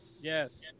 Yes